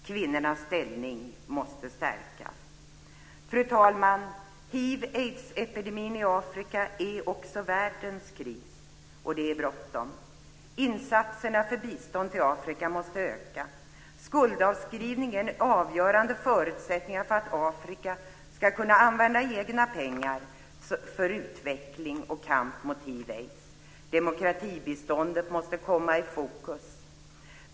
Kvinnornas ställning i Afrika måste stärkas. Fru talman! Hiv aids. Demokratibiståndet måste sättas i fokus.